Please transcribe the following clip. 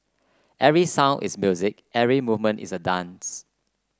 every sound is music every movement is a dance